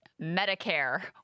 Medicare